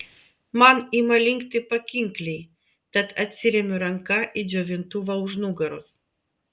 man ima linkti pakinkliai tad atsiremiu ranka į džiovintuvą už nugaros